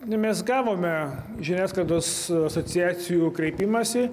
nu mes gavome žiniasklaidos asociacijų kreipimąsi